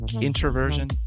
introversion